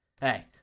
hey